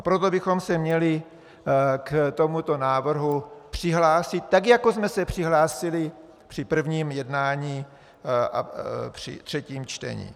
Proto bychom se měli k tomuto návrhu přihlásit tak, jako jsme se přihlásili při prvním jednání, při třetím čtení.